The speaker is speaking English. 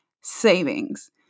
savings